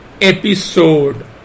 episode